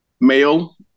male